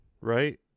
right